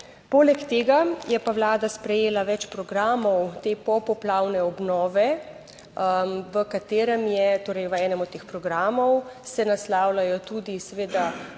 Poleg tega je pa Vlada sprejela več programov te popoplavne obnove, kjer v enem od teh programov se naslavlja tudi ta